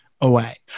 away